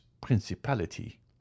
principality